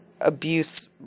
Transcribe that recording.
abuse